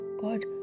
God